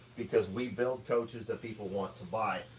because we build coaches that people want to buy.